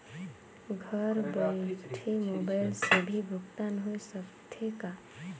घर बइठे मोबाईल से भी भुगतान होय सकथे का?